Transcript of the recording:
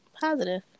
positive